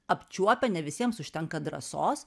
apčiuopia ne visiems užtenka drąsos